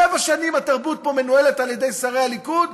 שבע שנים התרבות פה מנוהלת על-ידי שרי הליכוד,